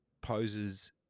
poses